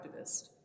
activist